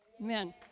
Amen